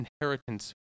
inheritance